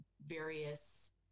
various